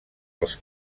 els